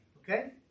Okay